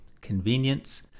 convenience